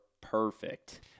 perfect